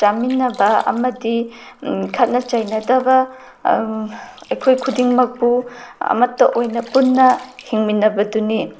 ꯆꯥꯃꯤꯟꯅꯕ ꯑꯃꯗꯤ ꯈꯠꯅ ꯆꯩꯅꯗꯕ ꯑꯩꯈꯣꯏ ꯈꯨꯗꯤꯡꯃꯛꯄꯨ ꯑꯃꯠꯇ ꯑꯣꯏꯅ ꯄꯨꯟꯅ ꯍꯤꯡꯃꯤꯟꯅꯕꯗꯨꯅꯤ